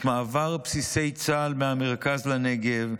את מעבר בסיסי צה"ל מהמרכז לנגב,